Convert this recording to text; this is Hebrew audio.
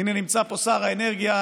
נמצא פה שר האנרגיה,